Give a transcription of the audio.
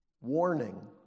warning